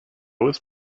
was